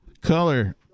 color